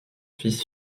fils